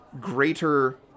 greater